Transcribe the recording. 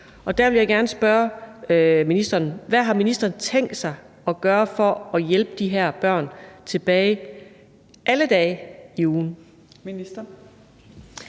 Og der vil jeg gerne spørge ministeren: Hvad har ministeren tænkt sig at gøre for at hjælpe de her børn tilbage alle ugens dage?